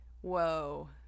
whoa